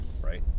right